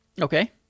Okay